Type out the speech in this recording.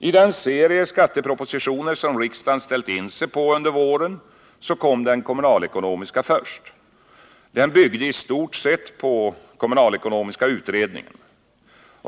I den serie skattepropositioner som riksdagen ställt in sig på under våren kom den kommunalekonomiska först. Den byggde i stort sett på kommunaiekonomiska utredningen.